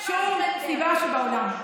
שום סיבה שבעולם.